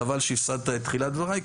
חבל שהפסדת את תחילת דבריי,